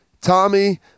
Tommy